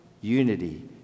unity